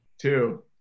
Two